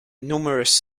numerous